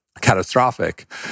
catastrophic